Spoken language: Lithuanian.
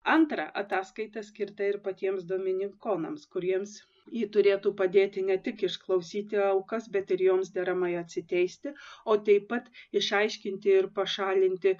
antra ataskaita skirta ir patiems dominikonams kuriems ji turėtų padėti ne tik išklausyti aukas bet ir joms deramai atsiteisti o taip pat išaiškinti ir pašalinti